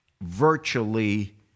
virtually